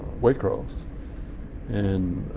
waycross and